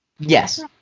yes